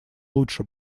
лучше